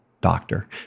doctor